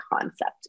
concept